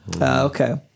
okay